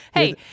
hey